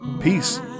peace